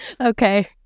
okay